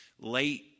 late